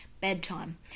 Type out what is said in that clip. bedtime